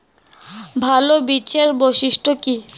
ভাল বীজের বৈশিষ্ট্য কী?